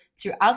throughout